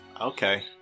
Okay